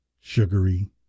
Sugary